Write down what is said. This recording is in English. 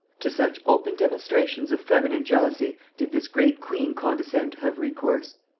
to such open demonstrations of feminine jealousy did this great queen condescend to have recourse!